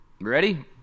ready